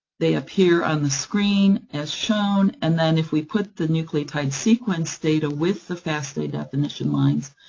they appear on the screen as shown, and then if we put the nucleotide sequence data with the fasta definition lines,